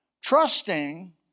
Trusting